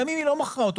גם אם היא לא מכרה אותו,